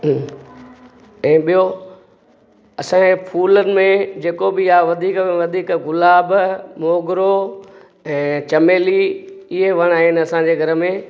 ऐं ॿियो असांजे फूल में जेको बि आहे वधीक वधीक गुलाब मोगरो ऐं चमेली इहे वण आहिनि असांजे घर में